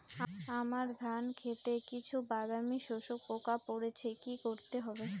আমার ধন খেতে কিছু বাদামী শোষক পোকা পড়েছে কি করতে হবে?